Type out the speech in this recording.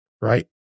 right